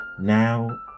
now